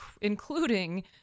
including